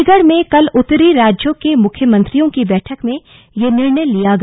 चंडीगढ़ में कल उत्तरी राज्यों के मुख्यमंत्रियों की बैठक में यह निर्णय लिया गया